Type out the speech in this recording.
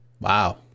Wow